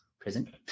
Prison